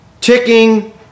ticking